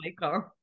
Michael